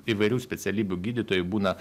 įvairių specialybių gydytojai būna